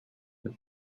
the